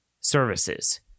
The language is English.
services